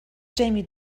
jamie